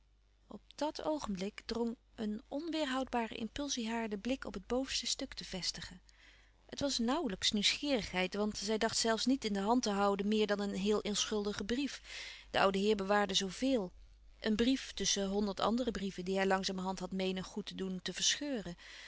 op dit oogenblik drong een onweêrhoudbare impulsie haar den blik op het bovenste stuk te vestigen het was nauwlijks nieuwsgierigheid want zij dacht zelfs niet in de hand te houden meer dan een heel onschuldige brief de oude heer bewaarde zoo veel een brief tusschen honderd andere brieven die hij langzamerhand had meenen goed te doen te verscheuren